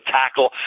tackle